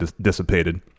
dissipated